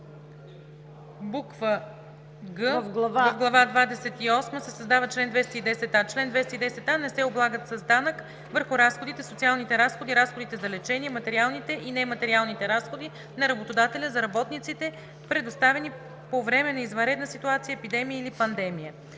двадесет и осма се създава чл. 210а: „Чл. 210а. Не се облагат с данък върху разходите социалните разходи, разходите за лечение, материалните и нематериалните разходи на работодателя за работниците, предоставени по време на извънредна ситуация, епидемия или пандемия.“